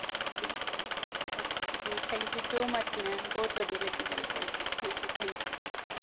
ਠੀਕ ਹੈ okay okay thank you so much ma'am ਬਹੁਤ ਵਧੀਆ ਲੱਗਿਆ ਗੱਲ ਕਰਕੇ ਹਾਂਜੀ ਥੈਂਕ ਯੂ